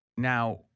Now